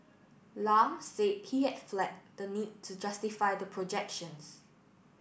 Lam said he had flagged the need to justify the projections